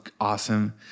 awesome